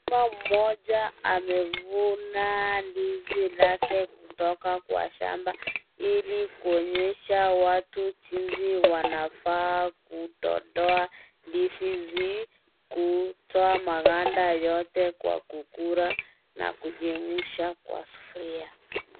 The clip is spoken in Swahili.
Mkulima moja amevuna ndizi lake kutoka kwa shamba, ili kuonyesha watu jinsi wanafaa kudondoa ndizi hizi. Kutoa maganda yote kwa kukula na kuchemsha kwa sufuria.